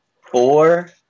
four